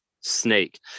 snake